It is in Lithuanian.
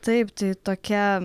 taip tai tokia